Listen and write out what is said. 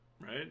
right